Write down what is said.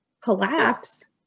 collapse